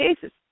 cases